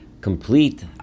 complete